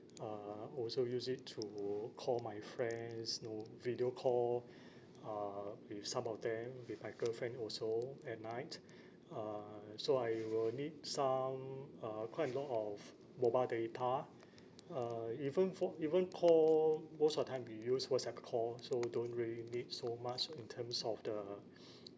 uh I also use it to call my friends you know video call uh with some of them with my girlfriend also at night uh so I will need some uh quite a lot of mobile data uh even for even call most of the time we use whatsapp call so don't really need so much in terms of the